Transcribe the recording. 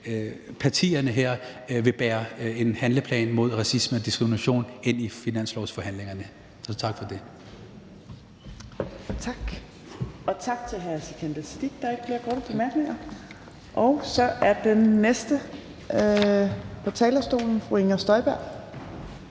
partierne her vil bære en handleplan mod racisme og diskrimination ind i finanslovsforhandlingerne. Så tak for det. Kl. 22:55 Tredje næstformand (Trine Torp): Tak til hr. Sikandar Siddique. Der er ikke flere korte bemærkninger, og så er den næste på talerstolen fru Inger Støjberg.